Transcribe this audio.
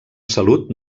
salut